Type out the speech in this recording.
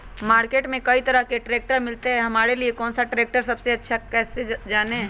Market में कई तरह के ट्रैक्टर मिलते हैं हमारे लिए कौन सा ट्रैक्टर सबसे अच्छा है कैसे जाने?